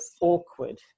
awkward